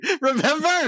Remember